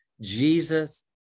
jesus